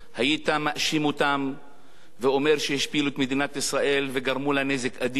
היית מאשים אותם ואומר שהשפילו את מדינת ישראל וגרמו לה נזק אדיר.